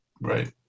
right